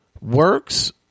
works